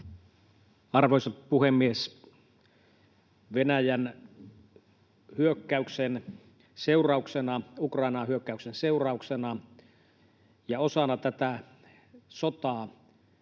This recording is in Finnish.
Arvoisa puhemies! Venäjän Ukrainaan hyökkäyksen seurauksena ja osana tätä sotaa